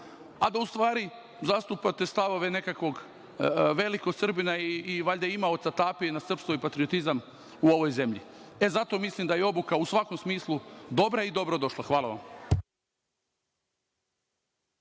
a da u stvari zastupate stavove nekakvog velikog Srbina i valjda imaoca tapije na srpstvo i na patriotizam u ovoj zemlji. E, zato mislim da je obuka u svakom smislu dobra i dobro došla. Hvala vam.